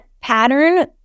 pattern